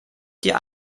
dir